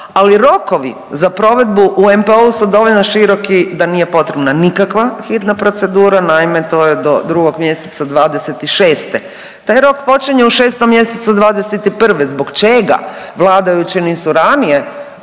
ali rokovi za provedbu u NPOO-u su dovoljno široki da nije potrebna nikakva hitna procedura, naime, to je do 2. mj. 2026. Taj rok počinje u 6. mj. '21. Zbog čega vladajući nisu ranije